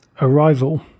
Arrival